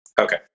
okay